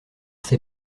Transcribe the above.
ses